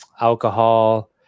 alcohol